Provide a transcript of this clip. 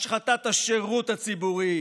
השחתת השירות הציבורי,